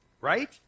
Right